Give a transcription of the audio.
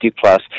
plus